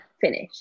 finish